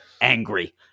angry